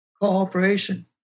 cooperation